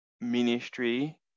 ministry